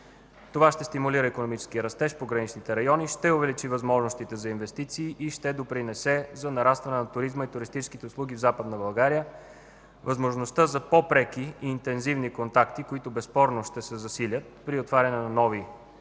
Това ще стимулира икономическия растеж в пограничните райони, ще увеличи възможностите за инвестиции и ще допринесе за нарастване на туризма и туристическите услуги в Западна България. Възможността за по-преки и интензивни контакти, които безспорно ще се засилят при отварянето на нови пунктове,